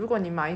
then that's like